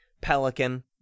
Pelican